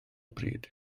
bryd